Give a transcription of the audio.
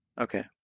Okay